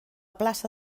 plaça